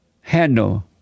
handle